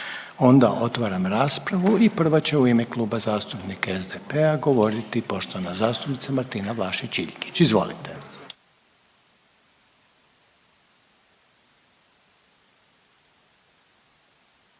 onda otvaram raspravu i prva će u ime Kluba zastupnika SDP-a govoriti poštovana zastupnica Martina Vlašić Iljkić. Izvolite.